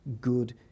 good